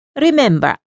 Remember